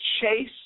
chase